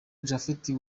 japhet